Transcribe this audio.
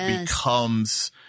becomes